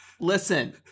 Listen